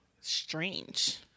strange